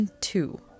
two